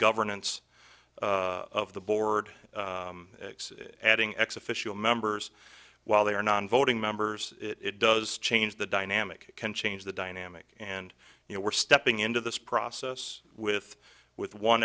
governance of the board adding x official members while they are not voting members it does change the dynamic can change the dynamic and you know we're stepping into this process with with one